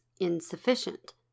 insufficient